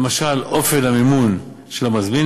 למשל אופן המימון של המזמין,